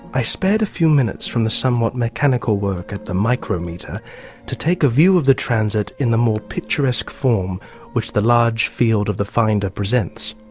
i spared a few minutes from the somewhat mechanical work at the micrometer to take a view of the transit in the more picturesque form which the large field of the finder presents.